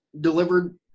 delivered